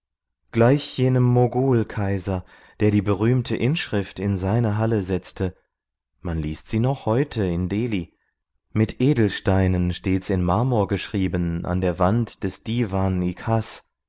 gleich jenem mogul kaiser der die berühmte inschrift in seine halle setzte man liest sie noch heute in delhi mit edelsteinen steht's in marmor geschrieben an der wand des